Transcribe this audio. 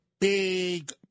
big